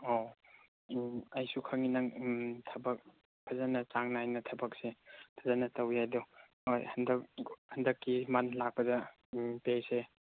ꯑꯣ ꯎꯝ ꯑꯩꯁꯨ ꯈꯪꯏ ꯅꯪ ꯎꯝ ꯊꯕꯛ ꯐꯖꯅ ꯆꯥꯡ ꯅꯥꯏꯅ ꯊꯕꯛꯁꯦ ꯐꯖꯅ ꯇꯧꯏ ꯍꯥꯏꯗꯣ ꯍꯣꯏ ꯍꯟꯗꯛ ꯍꯟꯗꯛꯀꯤ ꯃꯟ ꯂꯥꯛꯄꯗ ꯎꯝ ꯄꯦꯁꯦ